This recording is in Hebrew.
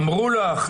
אמרו לך?